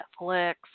Netflix